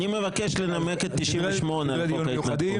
אני מבקש לנמק את סעיף 98 על חוק ההתנתקות.